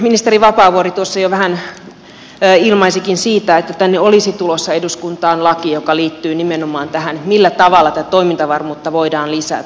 ministeri vapaavuori tuossa jo vähän ilmaisikin siitä että tänne eduskuntaan olisi tulossa laki joka liittyy nimenomaan tähän millä tavalla tätä toimintavarmuutta voidaan lisätä